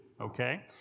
okay